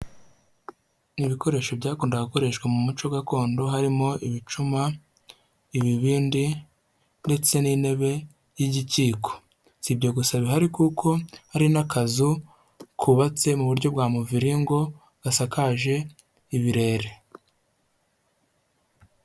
Ni ibikoresho byakundaga gukoreshwa mu muco gakondo harimo ibicuma, ibibindi ndetse n'intebe y'igikiko, si ibyo gusa bihari kuko hari n'akazu kubabatse mu buryo bwa muviringo, gasakaje ibirere.